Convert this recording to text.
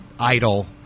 idle